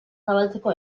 zabaltzeko